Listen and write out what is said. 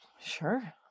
Sure